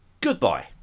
Goodbye